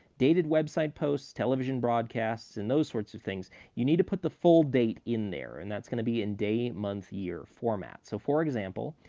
dated website posts, television broadcasts, and those sorts of things, you need to put the full date in there, and that's going to be in day-month-year format. so, for example,